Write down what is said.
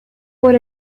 por